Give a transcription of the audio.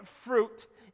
fruit